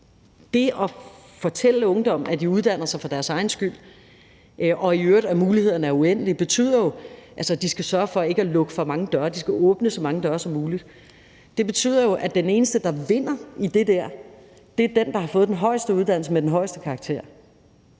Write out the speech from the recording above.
det at fortælle ungdommen, at de uddanner sig for deres egen skyld, og at mulighederne i øvrigt er uendelige, betyder, at de skal sørge for ikke at lukke for mange døre, men skal åbne så mange døre som muligt. Det betyder jo, at den eneste, der vinder i det der, er den, der har fået den højeste uddannelse med den højeste karakter.